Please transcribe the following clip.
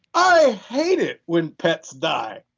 i hate it when pets die.